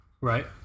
right